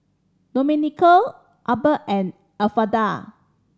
Domenico Abbey and Elfreda